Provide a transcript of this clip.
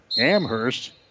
Amherst